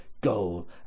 goal